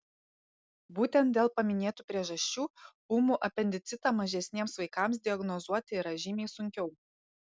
būtent dėl paminėtų priežasčių ūmų apendicitą mažesniems vaikams diagnozuoti yra žymiai sunkiau